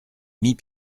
mit